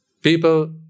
People